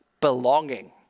belonging